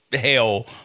hell